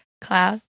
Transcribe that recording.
Cloud